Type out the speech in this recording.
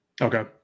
Okay